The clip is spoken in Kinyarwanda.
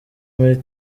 muri